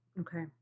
Okay